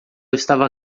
estava